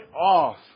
off